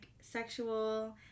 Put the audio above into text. sexual